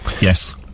Yes